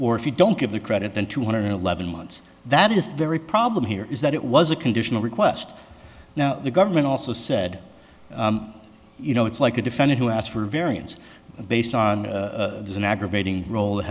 or if you don't give the credit than two hundred eleven months that is the very problem here is that it was a conditional request now the government also said you know it's like a defendant who asked for a variance based on an aggravating rol